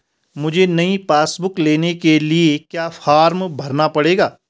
मुझे नयी passbook book लेने के लिए क्या फार्म भरना पड़ेगा?